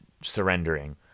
surrendering